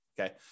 okay